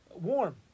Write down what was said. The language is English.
warm